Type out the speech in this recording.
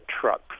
truck